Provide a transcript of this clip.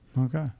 Okay